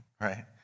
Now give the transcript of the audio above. right